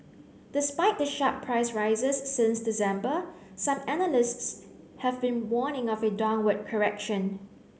despite the sharp price rises since December some analysts have been warning of a downward correction